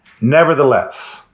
Nevertheless